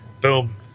Boom